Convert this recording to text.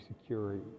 security